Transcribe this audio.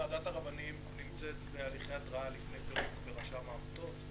ועדת הרבנים נמצאת בהליכי התראה לפני פירוק ברשם העמותות.